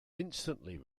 instantly